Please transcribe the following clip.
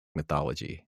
mythology